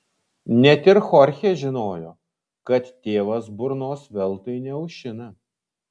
net ir chorchė žinojo kad tėvas burnos veltui neaušina